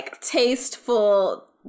tasteful